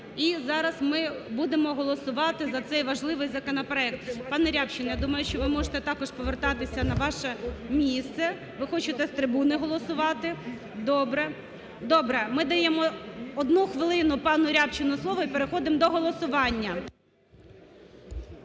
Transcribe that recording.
і зараз ми будемо голосувати за цей важливий законопроект. Пане Рябчин, я думаю, що ви можете також повертатися на ваше місце, ви хочете з трибуни голосувати. Добре. Добре, ми даємо одну хвилину пану Рябчину слово і переходимо до голосування.